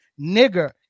nigger